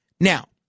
Now